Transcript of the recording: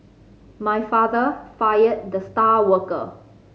my father fired the star worker